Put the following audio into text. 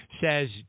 says